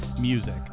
music